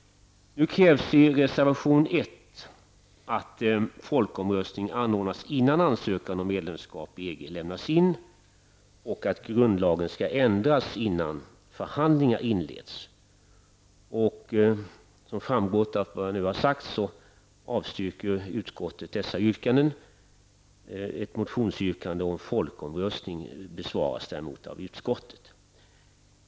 lämnas in och att grundlagen ändras innan förhandlingar inleds. Som framgått av vad jag redan sagt avstyrker utskottet dessa yrkanden. Ett motionsyrkande om folkomröstning tillmötesgås dock av utskottet.